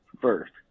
first